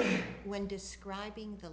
we're when describing the